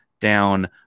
down